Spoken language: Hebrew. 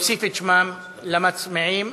הוחלט להחזיר את הצעת חוק ביטוח בריאות ממלכתי (תיקון מס' 56),